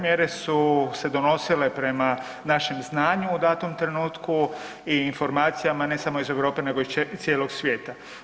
Mjere su se donosile prema našem znanju u datom trenutku i informacijama ne samo iz Europe nego iz cijelog svijeta.